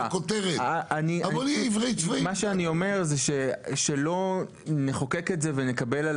מה שאני אומר זה שלא נחוקק את זה ונקבל על